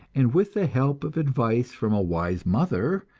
and with the help of advice from a wise mother,